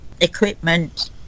equipment